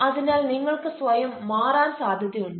അതിനാൽ നിങ്ങൾക്ക് സ്വയം മാറാൻ സാധ്യതയുണ്ട്